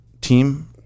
Team